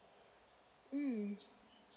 mm